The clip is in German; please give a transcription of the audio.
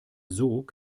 sog